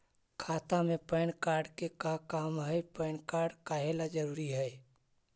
खाता में PAN card के का काम है पैन कार्ड काहे ला जरूरी है?